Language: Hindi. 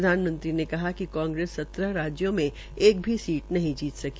प्रधानमंत्री ने कहा कि कांग्रेस सत्रह राज्यों में एक भी सीट नहीं जीत सकी